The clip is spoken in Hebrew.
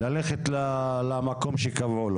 ללכת למקום שקבעו לו.